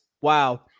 wow